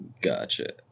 Gotcha